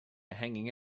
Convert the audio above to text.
hanging